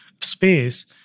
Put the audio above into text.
space